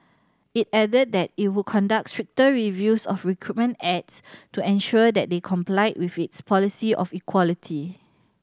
it added that it would conduct stricter reviews of recruitment ads to ensure they complied with its policy of equality